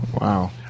Wow